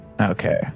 Okay